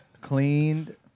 cleaned